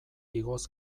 igoz